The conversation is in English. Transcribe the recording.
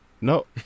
No